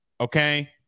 Okay